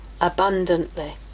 abundantly